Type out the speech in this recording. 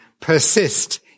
persist